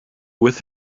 with